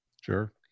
Sure